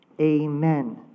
Amen